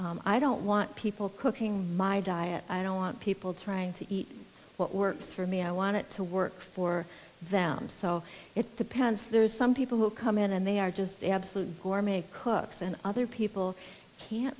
them i don't want people cooking my diet i don't want people trying to eat what works for me i want it to work for them so it depends there are some people who come in and they are just absolutely adore make cooks and other people can't